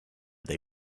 they